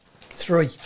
Three